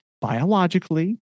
biologically